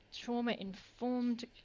trauma-informed